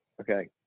Okay